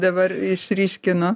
dabar išryškino